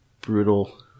brutal